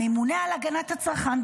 הממונה על הגנת הצרכן,